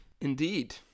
Indeed